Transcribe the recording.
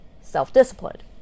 self-disciplined